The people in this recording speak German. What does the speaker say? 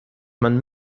man